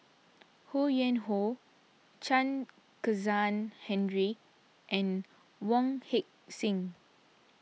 Ho Yuen Hoe Chen Kezhan Henri and Wong Heck Sing